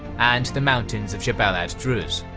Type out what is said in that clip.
and the mountains of jabal-ad-druz.